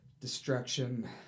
Destruction